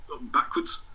backwards